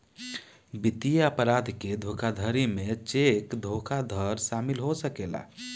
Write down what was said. वित्तीय अपराध के धोखाधड़ी में चेक धोखाधड़ शामिल हो सकेला